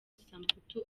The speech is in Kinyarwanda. samputu